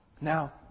Now